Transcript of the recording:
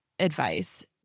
advice